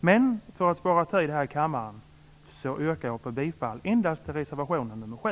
Men för att spara tid här i kammaren yrkar jag bifall endast till reservation 7.